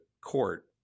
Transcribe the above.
court